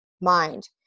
mind